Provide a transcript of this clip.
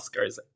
Oscars